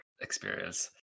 experience